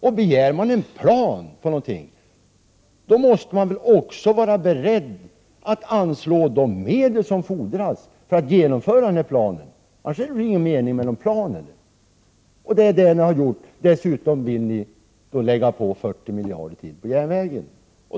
Men begär man en plan måste man också vara beredd att anslå de medel som fordras för att genomföra denna plan, annars är det ingen mening Prot. 1988/89:107 med en plan. Det har ni gjort. Dessutom vill ni lägga på 40 miljarder till på järnvägarna.